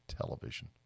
television